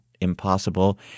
impossible